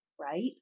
right